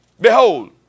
Behold